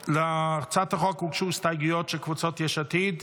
להצעת החוק הוגשו הסתייגויות של קבוצת יש עתיד,